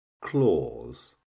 claws